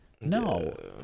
no